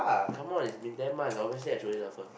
come on it's been ten months obviously I throw it off ah